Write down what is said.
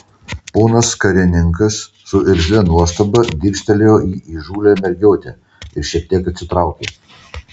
ponas karininkas su irzlia nuostaba dirstelėjo į įžūlią mergiotę ir šiek tiek atsitraukė